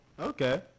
Okay